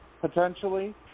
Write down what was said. potentially